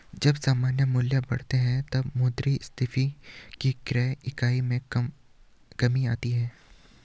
जब सामान्य मूल्य बढ़ते हैं, तब मुद्रास्फीति की क्रय इकाई में कमी आती है